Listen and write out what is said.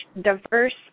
diverse